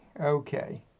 Okay